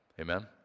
amen